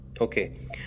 Okay